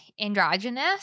androgynous